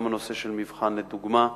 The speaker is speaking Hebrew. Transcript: גם הנושא של מבחן לדוגמה,